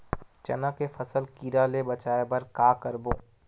चना के फसल कीरा ले बचाय बर का करबो?